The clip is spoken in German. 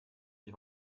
die